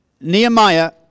Nehemiah